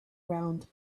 round